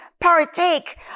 partake